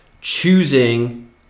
choosing